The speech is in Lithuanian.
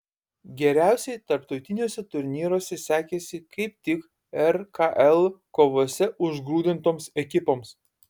geriausiai tarptautiniuose turnyruose sekėsi kaip tik rkl kovose užgrūdintoms ekipoms